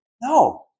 No